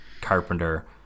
carpenter